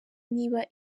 niba